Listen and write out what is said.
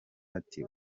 ati